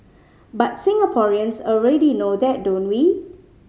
but Singaporeans already know that don't we